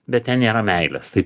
bet ten nėra meilės tai